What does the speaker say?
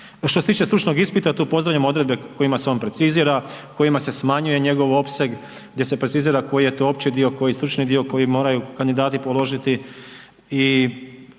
Što se tiče stručnog ispita tu pozdravljam odredbe kojima se on precizira, kojima se smanjuje njegov opseg, gdje se precizira koji je to opći dio, koji stručni dio koji moraju kandidati položiti